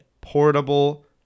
Portable